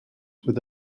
with